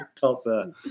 Tulsa